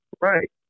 Right